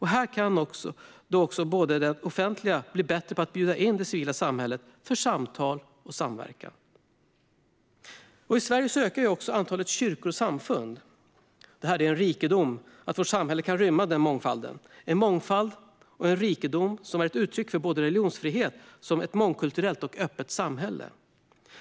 Här kan det offentliga bli bättre på att bjuda in det civila samhället för samtal och samverkan. I Sverige ökar också antalet kyrkor och samfund. Det är en rikedom att vårt samhälle kan rymma denna mångfald - en mångfald och en rikedom som är ett uttryck för såväl religionsfrihet som ett mångkulturellt och öppet samhälle.